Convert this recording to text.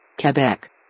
Quebec